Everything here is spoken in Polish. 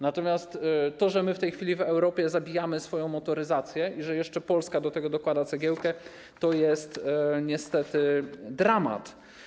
Natomiast to, że my w tej chwili w Europie zabijamy swoją motoryzację i że jeszcze Polska dokłada do tego cegiełkę, to jest niestety dramat.